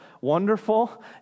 wonderful